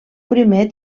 primer